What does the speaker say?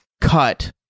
cut